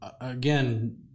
again